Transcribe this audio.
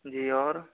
जी और